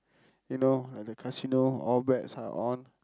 you know like the casino all bets are on